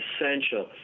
essential